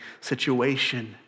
situation